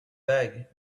back